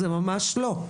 ממש לא,